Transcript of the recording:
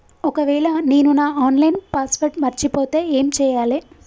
ఒకవేళ నేను నా ఆన్ లైన్ పాస్వర్డ్ మర్చిపోతే ఏం చేయాలే?